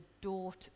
daughter